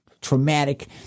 traumatic